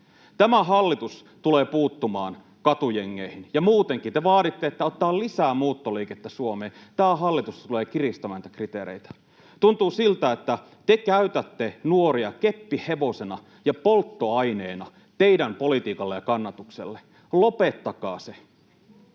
Tämä hallitus tulee puuttumaan katujengeihin. Muutenkin: te vaaditte, että otetaan lisää muuttoliikettä Suomeen. Tämä hallitus tulee kiristämään näitä kriteereitä. Tuntuu siltä, että te käytätte nuoria keppihevosena ja polttoaineena teidän politiikallenne ja kannatuksellenne. Lopettakaa se.